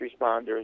Responders